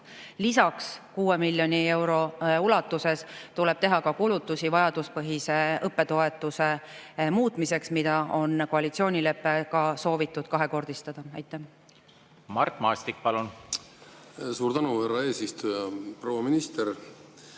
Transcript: Lisaks 6 miljoni euro ulatuses tuleb teha ka kulutusi vajaduspõhise õppetoetuse muutmiseks, mida on koalitsioonileppega soovitud kahekordistada. Suur